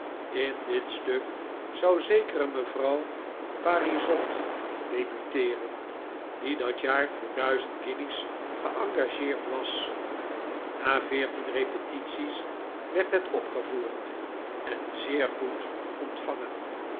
in dit stuk zou zekere mevrouw parisot debuteeren die dat jaar voor duizend guinjes geengageerd was na veertien repetities werd het opgevoerd en zeer goed ontvangen